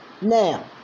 Now